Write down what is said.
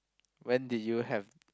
when did you have